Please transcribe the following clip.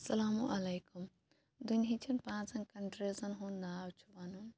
اسَلامُ علیکُم دُنہٕچٮ۪ن پانٛژَن کَنٹریٖزَن ہُنٛد ناو چھُ وَنُن